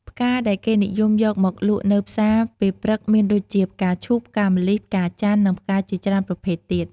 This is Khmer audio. ផ្កាដែលគេនិយមយកមកលក់នៅផ្សារពេលព្រឹកមានដូចជា ផ្កាឈូក ផ្កាម្លិះ ផ្កាចន្ធូ និងផ្កាជាច្រើនប្រភេទទៀត។